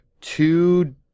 two